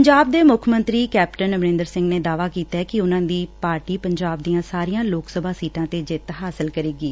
ਪੰਜਾਬ ਦੇ ਮੁੱਖ ਮੰਤਰੀ ਕੈਪਟਨ ਅਮਰਿੰਦਰ ਸਿੰਘ ਨੇ ਦਾਅਵਾ ਕੀਤੈ ਕਿ ਉਨ੍ਹਾਂ ਦੀ ਪਾਰਟੀ ਪੰਜਾਬ ਦੀਆਂ ਸਾਰੀਆਂ ਲੋਕ ਸਭਾ ਸੀਟਾਂ ਤੇ ਜਿੱਤ ਹਾਸਲ ਕਰੇਗੀ